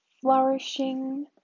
flourishing